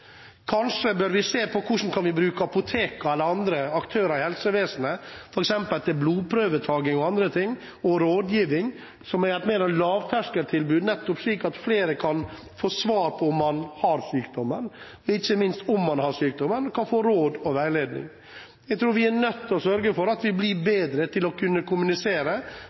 Kanskje bør vi se på: Hvordan kan vi bruke apotekene eller andre aktører i helsevesenet til f.eks. blodprøvetaking osv. og rådgiving, som mer er et lavterskeltilbud, slik at flere kan få svar på om man har sykdommen, og – ikke minst – at man, om man har sykdommen, kan få råd og veiledning. Jeg tror vi er nødt til å sørge for at vi blir bedre til å kunne kommunisere